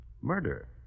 murder